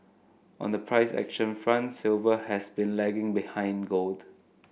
on the price action front silver has been lagging behind gold